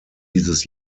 dieses